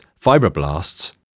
fibroblasts